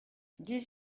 dix